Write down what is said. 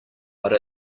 but